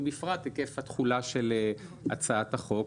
ובפרט בסוגיית היקף התחולה של הצעת החוק.